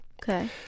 Okay